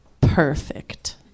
perfect